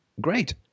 great